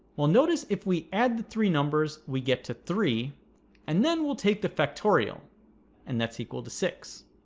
well notice if we add the three numbers we get to three and then we'll take the factorial and that's equal to six